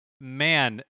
man